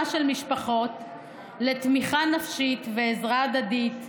של משפחות לתמיכה נפשית ועזרה הדדית,